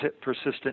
persistent